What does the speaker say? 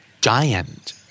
giant